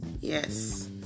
Yes